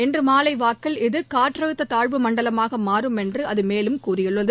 இன்று மாலை வாக்கில் இது காற்றழுத்த தாழ்வுமண்டலமாக மாறும் என்று அது மேலும் கூறியுள்ளது